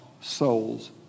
souls